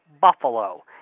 Buffalo